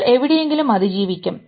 നിങ്ങൾ എവിടെയെങ്കിലും അതിജീവിക്കും